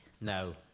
No